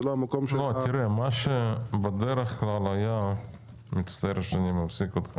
זה לא המקום ש --- אני מצטער שאני מפסיק אותך.